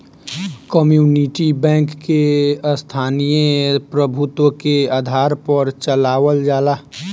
community bank के स्थानीय प्रभुत्व के आधार पर चलावल जाला